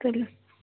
تُلِو